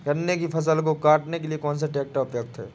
गन्ने की फसल को काटने के लिए कौन सा ट्रैक्टर उपयुक्त है?